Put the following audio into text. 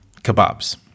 kebabs